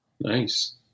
Nice